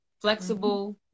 Flexible